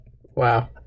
Wow